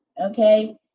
okay